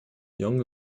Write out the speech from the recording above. young